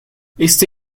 este